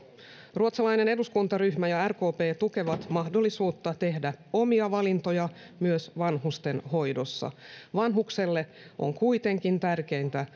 ruotsalainen eduskuntaryhmä ja rkp tukevat mahdollisuutta tehdä omia valintoja myös vanhustenhoidossa vanhukselle on kuitenkin tärkeintä